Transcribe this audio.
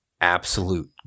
Absolute